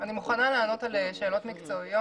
אני מוכנה לענות על שאלות מקצועיות.